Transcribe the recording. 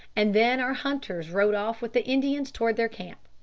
and then our hunters rode off with the indians towards their camp.